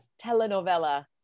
telenovela